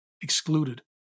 excluded